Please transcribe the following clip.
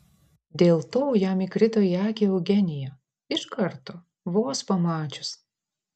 dėl to jam įkrito į akį eugenija iš karto vos pamačius